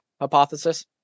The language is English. hypothesis